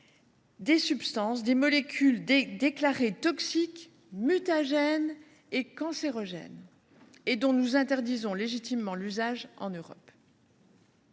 européen, des molécules déclarées toxiques, mutagènes et cancérogènes, dont nous interdisons légitimement l’usage en Europe.